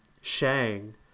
Shang